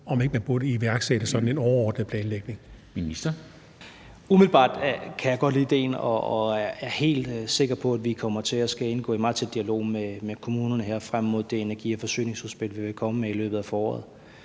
energi- og forsyningsministeren (Dan Jørgensen): Umiddelbart kan jeg godt lide idéen, og jeg er helt sikker på, at vi kommer til at indgå i meget tæt dialog med kommunerne frem mod det energi- og forsyningsudspil, vi vil komme med i løbet af foråret.